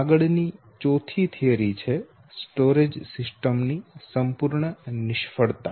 આગળ ની ચોથી થિયરી છે સ્ટોરેજ સિસ્ટમની સંપૂર્ણ નિષ્ફળતા